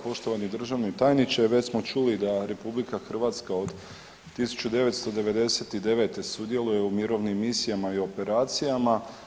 Poštovani državni tajniče već čuli da RH od 1999. sudjeluje u mirovnim misijama i operacijama.